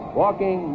walking